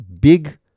big